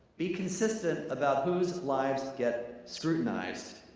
be consistent about whose lives get scrutinized.